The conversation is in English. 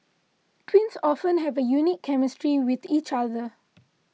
twins often have a unique chemistry with each other